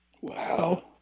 Wow